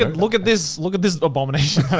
ah look at this. look at this abomination that